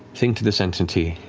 think to this entity,